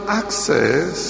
access